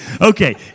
Okay